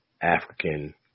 African